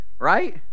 Right